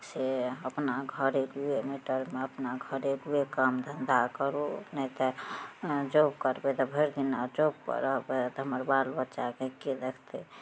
से अपना घरेके भीतरमे अपना घरेलुवे काम धन्धा करू नहि तऽ जॉब करबइ तऽ भरि दिना जॉबपर रहऽ पड़त हमर बाल बच्चाके केँ देखतइ